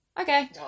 Okay